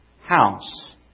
house